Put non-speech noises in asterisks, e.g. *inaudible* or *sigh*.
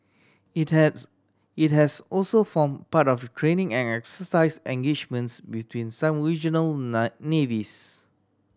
it has it has also formed part of the training and exercise engagements between some regional *unintelligible* navies